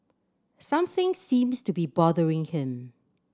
something seems to be bothering him